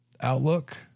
outlook